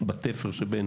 בתפר שבין